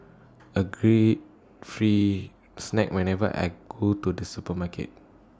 agree free snacks whenever I go to the supermarket